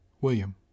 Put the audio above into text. William